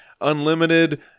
unlimited